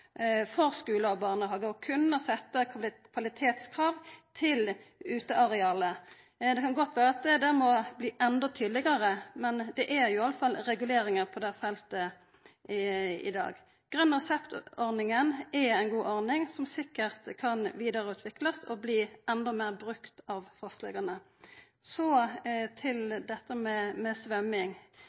og barnehagar og kan setja kvalitetskrav til utearealet. Det kan godt vera at det må bli enda tydlegare, men det er i alle fall reguleringar på det feltet i dag. Grøn resept-ordninga er ei god ordning som sikkert kan vidareutviklast og bli enda meir brukt av fastlegane. Så til dette med svømming.